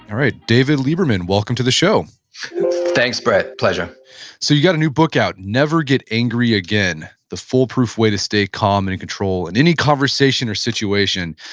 right david lieberman welcome to the show thanks brett, pleasure so you got a new book out, never get angry again the foolproof way to stay calm and in control in any conversation or situation.